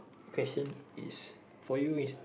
question is for you is